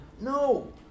No